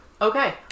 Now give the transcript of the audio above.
Okay